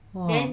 !wah!